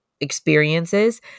experiences